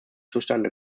zustande